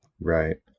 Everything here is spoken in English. Right